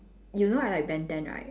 you know I like ben ten right